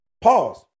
Pause